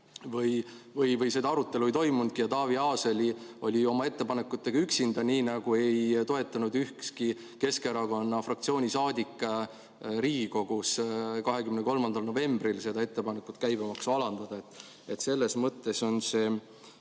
Või seda arutelu ei toimunudki ja Taavi Aas oli oma ettepanekutega üksinda, nii nagu ei toetanud ükski Keskerakonna fraktsiooni saadik Riigikogus 23. novembril seda ettepanekut käibemaksu alandada? Selles mõttes on see